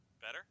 better